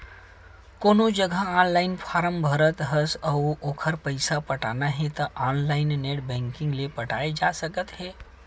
कोनो जघा online form भरत हस अउ ओखर पइसा पटाना हे त ऑनलाइन नेट बैंकिंग ले पटाए जा सकत हे